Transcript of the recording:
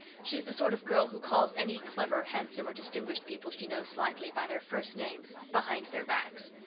she is the sort of girl who calls any clever, handsome, or distinguished people she knows slightly by their first names behind their backs.